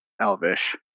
elvish